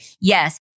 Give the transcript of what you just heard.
Yes